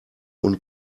und